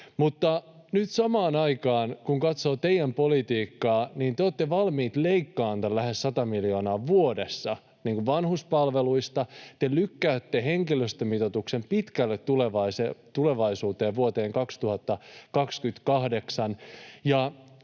Mutta nyt samaan aikaan, kun katsoo teidän politiikkaanne, niin te olette valmiit leikkaamaan tämän lähes 100 miljoonaa vuodessa vanhuspalveluista. Te lykkäätte henkilöstömitoituksen pitkälle tulevaisuuteen, vuoteen 2028,